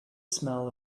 smell